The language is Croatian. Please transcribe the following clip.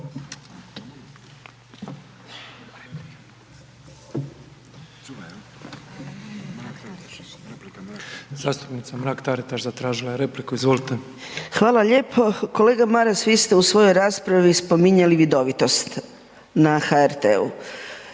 Hvala lijepo. Kolega Maras, vi ste u svojoj raspravi spominjali vidovitost na HRT-u,